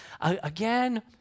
again